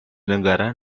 negara